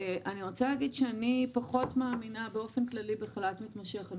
אני פחות מאמינה באופן כללי בחל"ת מתמשך.